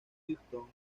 houston